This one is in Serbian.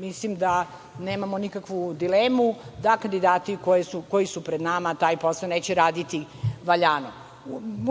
mislim da nemamo nikakvu dilemu da kandidati koji su pred nama taj posao neće raditi valjano.